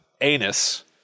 anus